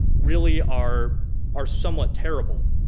really are are somewhat terrible.